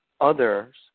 others